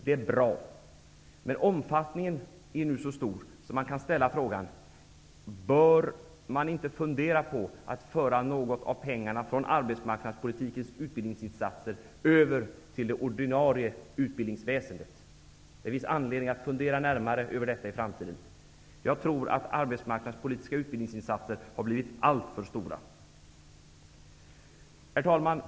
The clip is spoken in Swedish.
Det är bra, men omfattningen är nu så stor att man kan fråga sig om vi inte bör fundera på att föra över någon del av pengarna från arbetsmarknadspolitikens utbildningsinsatser till det ordinarie utbildningsväsendet. Det finns anledning att fundera närmare över detta i framtiden. Jag tror att arbetsmarknadspolitiska utbildningsinsatser har blivit alltför stora. Herr talman!